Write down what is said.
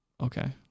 Okay